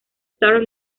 stars